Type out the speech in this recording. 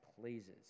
pleases